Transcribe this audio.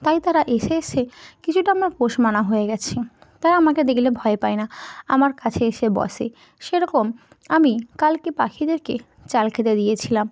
তাই তারা এসে এসে কিছুটা আমরা পোষ মানা হয়ে গেছে তাই আমাকে দেখলে ভয় পায় না আমার কাছে এসে বসে সেরকম আমি কালকে পাখিদেরকে চাল খেতে দিয়েছিলাম